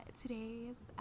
today's